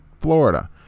Florida